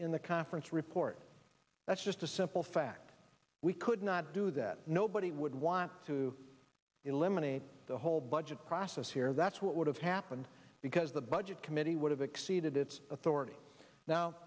in the conference report that's just a simple fact we could not do that nobody would want to eliminate the whole budget process here that's what would have happened because the budget committee would have exceeded its authority now